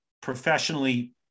professionally